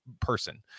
person